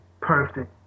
perfect